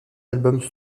albums